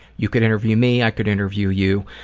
you could interview me, i could interview you.